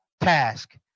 task